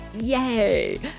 yay